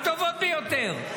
הטבות ביותר.